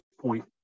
point